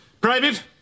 Private